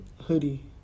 hoodie